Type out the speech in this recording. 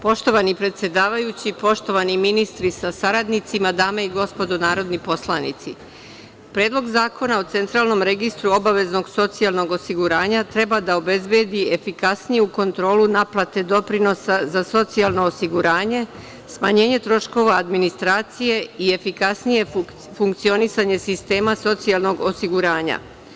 Poštovani predsedavajući, poštovani ministri sa saradnicima, dame i gospodo narodni poslanici, Predlog zakona o Centralnom registru obaveznog socijalnog osiguranja treba da obezbedi efikasniju kontrolu naplate doprinosa za socijalno osiguranje, smanjenje troškova administracije i efikasnije funkcionisanje sistema socijalnog osiguranja.